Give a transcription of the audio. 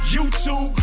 YouTube